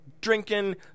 drinking